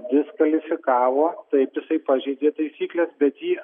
diskvalifikavo taip jisai pažeidė taisykles bet jį